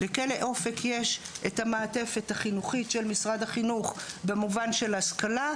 לכלא אופק יש המעטפת החינוכית של משרד החינוך במובן של השכלה.